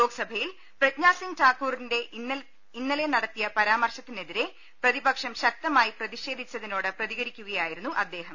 ലോക്സഭയിൽ പ്രജ്ഞാസിംഗ് ഠാക്കൂറിന്റെ ഇന്നലെ നടത്തിയ പരാമർശത്തിനെതിരെ പ്രതിപക്ഷം ശക്തമായി പ്രതിഷേധിച്ചതി നോട് പ്രതികരിക്കുകയായിരുന്നു അദ്ദേഹം